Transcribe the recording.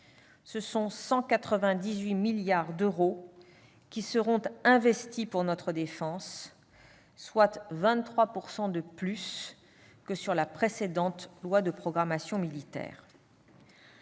ce sont 198 milliards d'euros qui seront investis pour notre défense, soit 23 % de plus que sur la période couverte par la précédente loi de programmation militaire.